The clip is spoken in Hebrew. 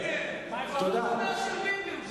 הוא כבר לא דובר של ביבי.